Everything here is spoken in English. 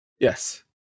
Yes